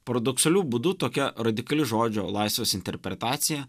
paradoksaliu būdu tokia radikali žodžio laisvės interpretacija